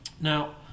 Now